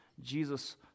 Jesus